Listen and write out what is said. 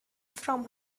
from